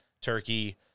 Turkey